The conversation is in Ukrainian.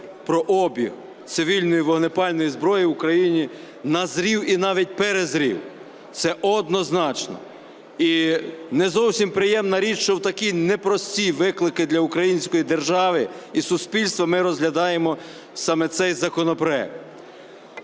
про обіг цивільної вогнепальної зброї в Україні назрів і навіть перезрів, це однозначно. І не зовсім приємна річ, що в такі непрості виклики для української держави і суспільства ми розглядаємо саме цей законопроект.